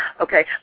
Okay